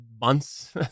months